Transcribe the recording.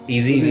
Easy